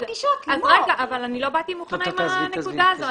לא באתי מוכנה עם הנקודה הזאת.